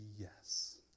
yes